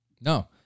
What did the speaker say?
No